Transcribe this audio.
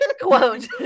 Quote